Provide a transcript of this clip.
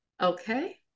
okay